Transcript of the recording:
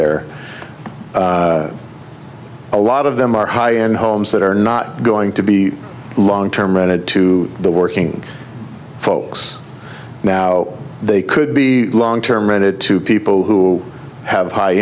there a lot of them are high end homes that are not going to be long term rented to the working folks now they could be long term rented to people who have high